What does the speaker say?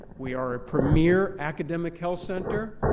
we are a premier academic health center.